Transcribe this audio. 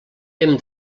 hem